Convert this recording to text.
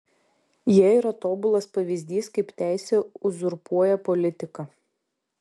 jie yra tobulas pavyzdys kaip teisė uzurpuoja politiką